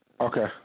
Okay